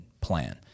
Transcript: plan